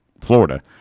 Florida